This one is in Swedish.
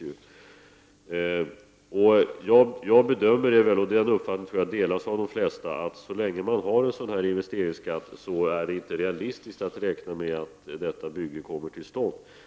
Jag bedömer — och jag tror att den uppfattningen delas av de flesta — att det så länge man har en sådan här investeringsskatt inte är realistiskt att räkna med att detta bygge kommer till stånd.